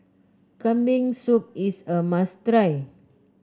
Kambing Soup is a must try